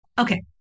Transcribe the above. Okay